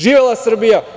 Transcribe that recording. Živela Srbija!